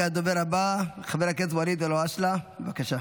כעת הדובר הבא, חבר הכנסת ואליד אלהואשלה, בבקשה.